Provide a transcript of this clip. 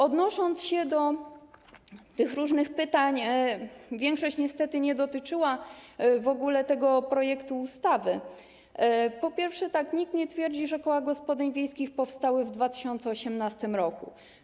Odnosząc się do tych różnych pytań - większość niestety nie dotyczyła w ogóle tego projektu ustawy - po pierwsze, chcę powiedzieć, że nikt nie twierdzi, że koła gospodyń wiejskich powstały w 2018 r.